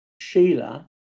Sheila